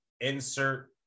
insert